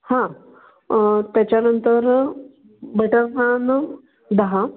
हां त्याच्यानंतर बटर नान दहा